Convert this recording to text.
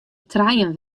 trijen